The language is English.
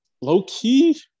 Low-key